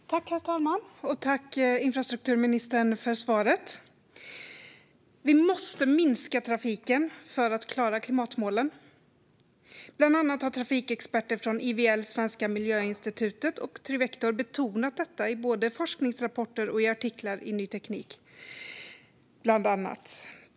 Herr talman! Tack, infrastrukturministern, för svaret! Vi måste minska trafiken för att klara klimatmålen. Bland annat har trafikexperter från IVL Svenska Miljöinstitutet och Trivector betonat detta både i forskningsrapporter och i artiklar i bland annat Ny Teknik.